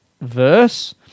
verse